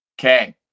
Okay